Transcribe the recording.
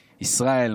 ישראל,